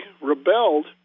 rebelled